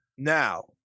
now